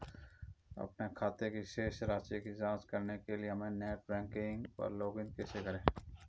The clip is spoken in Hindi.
अपने खाते की शेष राशि की जांच करने के लिए नेट बैंकिंग पर लॉगइन कैसे करें?